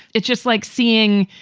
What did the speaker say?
it's just like seeing.